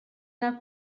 una